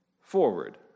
forward